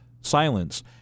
silence